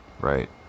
right